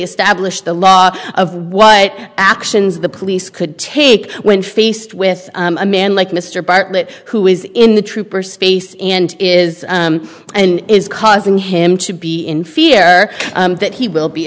establish the law of what actions the police could take when faced with a man like mr bartlett who is in the trooper space and is and is causing him to be in fear that he will be